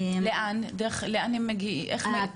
איך הן מגיעות?